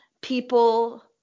people